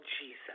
Jesus